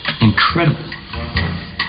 incredible